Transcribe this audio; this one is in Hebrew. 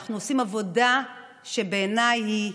אנחנו עושים עבודה שבעיניי היא